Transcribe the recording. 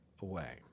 away